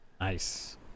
nice